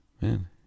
man